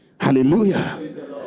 Hallelujah